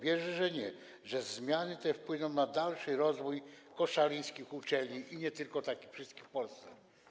Wierzę, że nie, że zmiany te wpłyną na dalszy rozwój koszalińskich uczelni i nie tylko tych, ale wszystkich w Polsce.